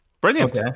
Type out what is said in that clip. Brilliant